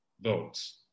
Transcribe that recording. votes